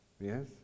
Yes